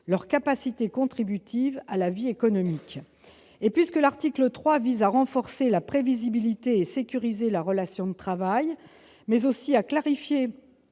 leur capacité contributive à la vie économique. Puisque l'article 3 vise à renforcer la prévisibilité et à sécuriser la relation de travail, mais aussi à clarifier